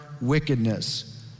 wickedness